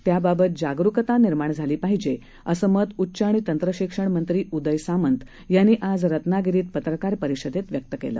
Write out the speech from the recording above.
त्याबाबत जागरूकता निर्माण झाली पाहिजे असं मत उच्च आणि तंत्रशिक्षण मंत्री उदय सामंत यांनी आज रत्नागिरीत पत्रकार परिषदेत व्यक्त केलं